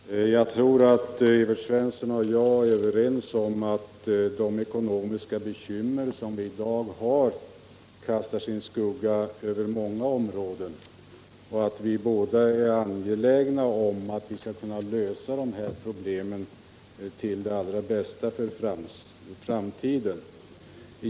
Herr talman! Jag tror att Evert Svensson och jag är överens om att de ekonomiska bekymmer som vi i dag har kastar sin skugga över många områden. Jag tror också att vi båda är angelägna om att lösa detta problem till det allra bästa för framtiden.